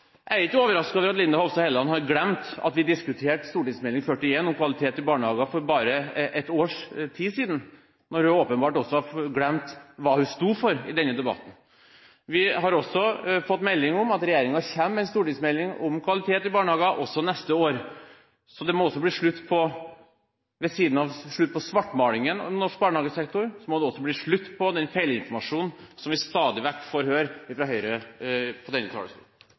Jeg er ikke overrasket over at Linda Hofstad Helleland har glemt at vi diskuterte St.meld. nr. 41 for 2008–2009 om kvalitet i barnehagene for bare et års tid siden, når hun åpenbart også har glemt hva hun sto for i denne debatten. Vi har også fått melding om at regjeringen kommer med en stortingsmelding om kvalitet i barnehagene også neste år. Så ved siden av at det må bli slutt på svartmalingen av norsk barnehagesektor, må det også bli slutt på den feilinformasjonen som vi stadig vekk får høre fra Høyre fra denne talerstolen.